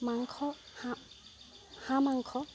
মাংস হাঁহ হাঁহ মাংস